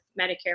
Medicare